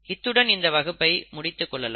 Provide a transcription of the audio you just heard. இத்துடன் இந்த வகுப்பை முடித்துக் கொள்ளலாம்